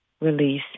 release